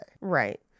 right